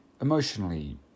emotionally